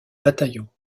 bataillon